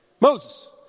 Moses